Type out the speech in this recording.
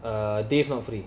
err dave not free